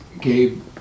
Gabe